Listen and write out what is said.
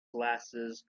glasses